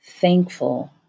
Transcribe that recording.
thankful